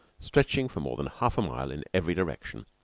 stretching for more than half a mile in every direction.